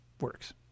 works